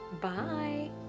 Bye